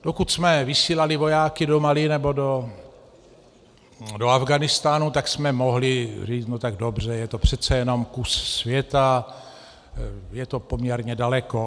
Dokud jsme vysílali vojáky do Mali nebo do Afghánistánu, tak jsme mohli říct no tak dobře, je to přece jenom kus světa, je to poměrně daleko.